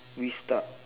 restart